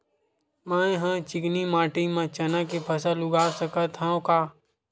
मै ह चिकना माटी म चना के फसल उगा सकथव का?